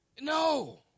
No